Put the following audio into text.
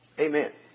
Amen